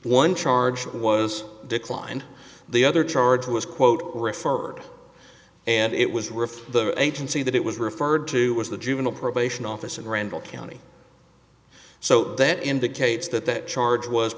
one charge was declined the other charge was quote referred and it was referred the agency that it was referred to was the juvenile probation office and randall county so that indicates that that charge was